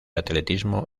atletismo